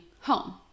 home